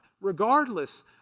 regardless